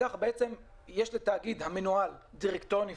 כך יש לתאגיד המנוהל דירקטוריון נפרד,